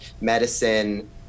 medicine